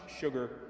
sugar